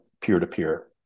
peer-to-peer